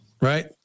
right